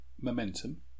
momentum